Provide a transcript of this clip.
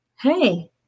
Hey